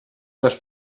dels